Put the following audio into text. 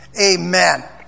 Amen